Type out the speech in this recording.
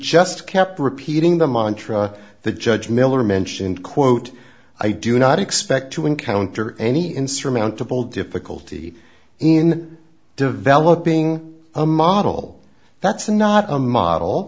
just kept repeating the mantra the judge miller mentioned quote i do not expect to encounter any insurmountable difficulty in developing a model that's not a model